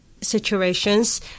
situations